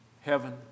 heaven